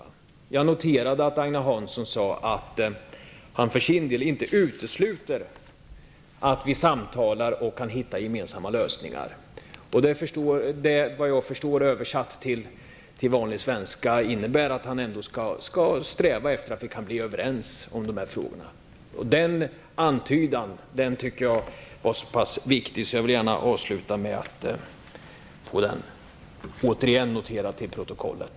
Jag har noterat det som Agne Hansson sade, nämligen att han för sin del inte utesluter att vi kan samtala och komma fram till gemensamma lösningar. Såvitt jag förstår betyder det på vanlig svenska att han ändå kommer att sträva efter att vi blir överens i de här frågorna. Den antydan tycker jag är så pass viktig att jag återigen vill få den noterad i protokollet.